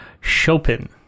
Chopin